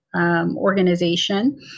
organization